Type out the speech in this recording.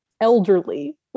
elderly